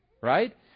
right